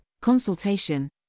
consultation